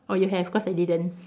oh you have cause I didn't